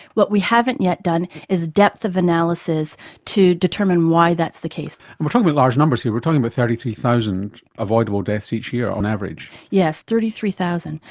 what we haven't yet done is depth of analysis to determine why that's the case. and we're talking about large numbers here, we're talking about thirty three thousand avoidable deaths each year on average. yes, thirty three thousand.